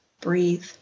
Breathe